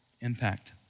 impact